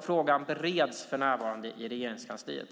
Frågan bereds för närvarande i Regeringskansliet.